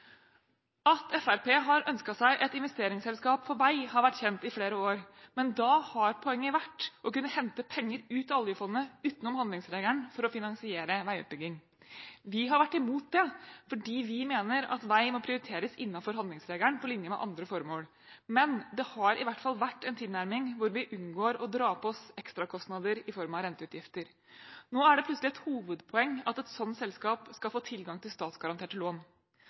At Fremskrittspartiet har ønsket seg et investeringsselskap for vei, har vært kjent i flere år, men da har poenget vært å kunne hente penger ut av oljefondet utenom handlingsregelen for å finansiere veiutbygging. Vi har vært imot det fordi vi mener at vei må prioriteres innenfor handlingsregelen på linje med andre formål, men det har i hvert fall vært en tilnærming hvor vi unngår å dra på oss ekstrakostnader i form av renteutgifter. Nå er det plutselig et hovedpoeng at et sånt selskap skal få tilgang til